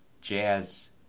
jazz